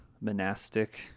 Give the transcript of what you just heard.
monastic